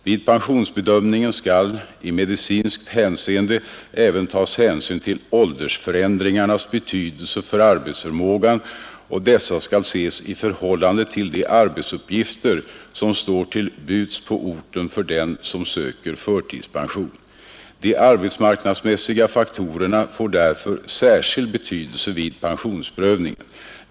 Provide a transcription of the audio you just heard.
Vid pensionsbedömningen skall i medicinskt hänseende även tas hänsyn till åldersförändringarnas betydelse för arbetsförmågan, och dessa skall ses i förhållande till de arbetsuppgifter som står till buds på orten för den som söker förtidspension. De arbetsmarknadsmässiga faktorerna får därför särskild betydelse vid pensionsprövningen.